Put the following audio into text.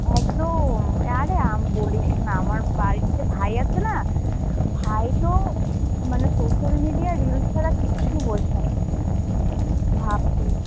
একদম আরে বলিস না বাড়িতে ভাই আছে না ভাই তো মানে সোশ্যাল মিডিয়া রিলস ছাড়া কিচ্ছু বোঝে না ভাব তুই